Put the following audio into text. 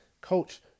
coach